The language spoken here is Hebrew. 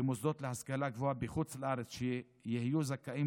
במוסדות להשכלה גבוהה בחוץ לארץ שיהיו זכאים